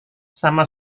sama